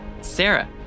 Sarah